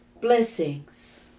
Blessings